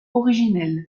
originel